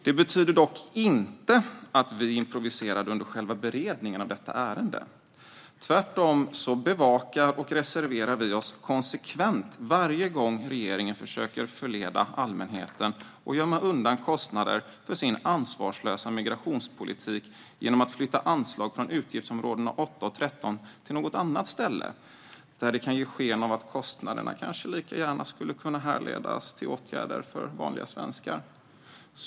Det betyder dock inte att vi improviserade under själva beredningen av detta ärende. Tvärtom bevakar vi detta, och vi reserverar oss konsekvent varje gång regeringen försöker förleda allmänheten och gömma undan kostnader för sin ansvarslösa migrationspolitik genom att flytta anslag från utgiftsområdena 8 och 13 till något annat ställe, där det kan ge sken av att kostnaderna lika gärna skulle kunna härledas till åtgärder för vanliga svenskar.